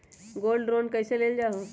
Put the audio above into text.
Gold loan कईसे लेल जाहु?